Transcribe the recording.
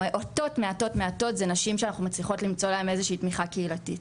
מעטות זה נשים שאנחנו מצליחות למצוא להן איזושהי תמיכה קהילתית.